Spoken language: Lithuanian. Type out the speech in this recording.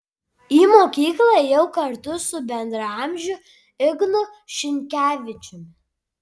į mokykla ėjau kartu su bendraamžiu ignu šinkevičiumi